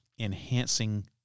enhancing